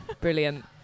brilliant